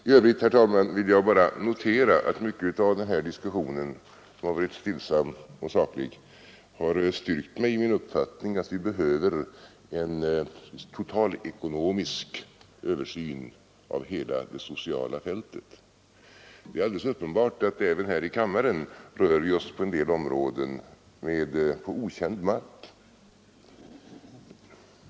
I övrigt, herr talman, vill jag bara notera att mycket av den här diskussionen, som varit stillsam och saklig, styrker mig i min uppfattning att vi behöver en total ekonomisk översyn av hela det sociala fältet. Det är alldeles uppenbart att även här i kammaren rör vi oss på en del områden på okänd mark.